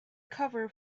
cover